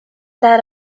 that